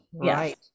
right